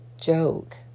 joke